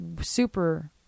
super